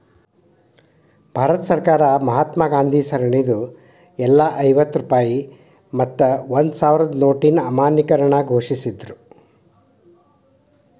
ಭಾರತ ಸರ್ಕಾರ ಮಹಾತ್ಮಾ ಗಾಂಧಿ ಸರಣಿದ್ ಎಲ್ಲಾ ಐವತ್ತ ರೂ ಮತ್ತ ಒಂದ್ ರೂ ಸಾವ್ರದ್ ನೋಟಿನ್ ಅಮಾನ್ಯೇಕರಣ ಘೋಷಿಸಿದ್ರು